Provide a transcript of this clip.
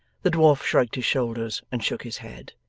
the dwarf shrugged his shoulders and shook his head.